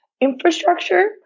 infrastructure